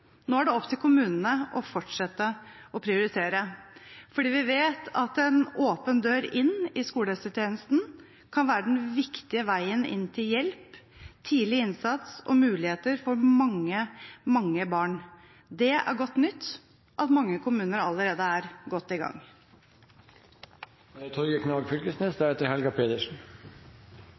Nå er det opp til kommunene å fortsette å prioritere, fordi vi vet at en åpen dør inn i skolehelsetjenesten kan være den viktige veien inn til hjelp, tidlig innsats og muligheter for mange, mange barn. Det er godt nytt at mange kommuner allerede er godt i gang.